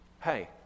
Hey